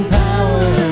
power